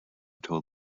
told